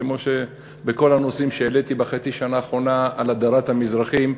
כמו בכל הנושאים שהעליתי בחצי השנה האחרונה על הדרת המזרחים,